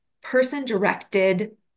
person-directed